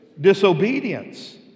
Disobedience